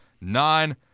Nine